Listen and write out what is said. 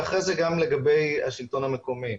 ואחרי זה גם לגבי השלטון המקומי.